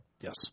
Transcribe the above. Yes